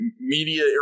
media